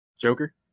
Joker